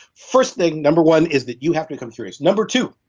first thing, number one is that you have to become curious. number two,